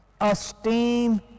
esteem